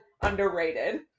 underrated